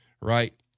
right